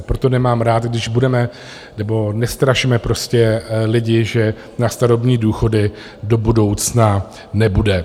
Proto nemám rád, když budeme... nebo nestrašme prostě lidi, že na starobní důchody do budoucna nebude.